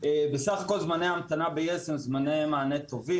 בסך הכול זמני ההמתנה ביס הם זמני מענה טובים.